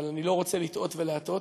אבל אני לא רוצה לטעות ולהטעות,